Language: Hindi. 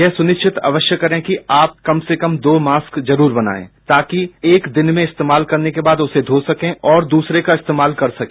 यह सुनिश्चित अवश्य करें कि यह आप ऐसे कम से कम दो मास्क जरूर बनाये ताकि आप एक दिन में इस्तेमाल करने के बाद उसे धो सके और दूसरे का इस्तेमाल कर सके